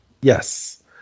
Yes